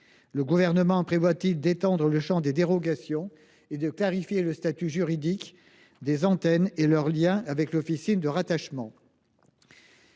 Le Gouvernement prévoit il d’étendre le champ des dérogations et de clarifier le statut juridique des antennes et leur lien avec l’officine de rattachement ?